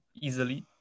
easily